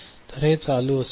तर हे चालू असेल